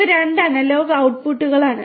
ഇവ രണ്ട് അനലോഗ് ഔട്ട്പുട്ടുകളാണ്